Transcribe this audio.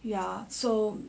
ya so